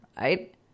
right